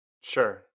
Sure